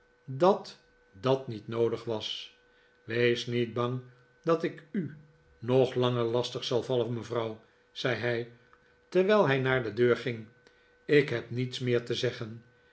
dat dat niet noodig was wees niet bang dat ik u nog langer lastig zal vallen mevrouw zei hij terwijl hij naar de deur ging ik heb niets meer te zeggen